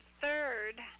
third